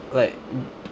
like